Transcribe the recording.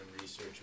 research